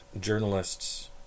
journalists